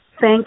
Thank